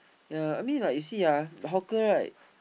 ya I mean like you see ah the hawker right